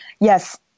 yes